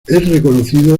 reconocido